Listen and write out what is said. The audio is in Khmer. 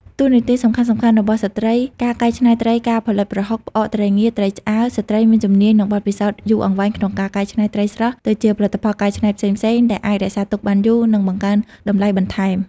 តួនាទីសំខាន់ៗរបស់ស្ត្រីការកែច្នៃត្រីការផលិតប្រហុក ផ្អក ត្រីងៀត ត្រីឆ្អើរ: ស្ត្រីមានជំនាញ និងបទពិសោធន៍យូរអង្វែងក្នុងការកែច្នៃត្រីស្រស់ទៅជាផលិតផលកែច្នៃផ្សេងៗ ដែលអាចរក្សាទុកបានយូរ និងបង្កើនតម្លៃបន្ថែម។